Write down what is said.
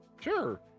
sure